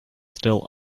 still